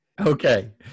Okay